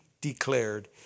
declared